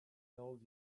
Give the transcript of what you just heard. told